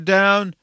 down